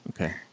Okay